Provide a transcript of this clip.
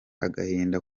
agahinda